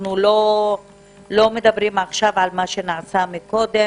אנחנו לא מדברים על מה שנעשה קודם.